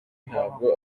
ntabwo